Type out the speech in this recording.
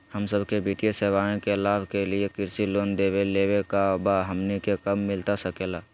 हम सबके वित्तीय सेवाएं के लाभ के लिए कृषि लोन देवे लेवे का बा, हमनी के कब मिलता सके ला?